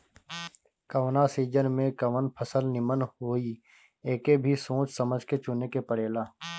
कवना सीजन में कवन फसल निमन होई एके भी सोच समझ के चुने के पड़ेला